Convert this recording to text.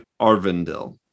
Arvindil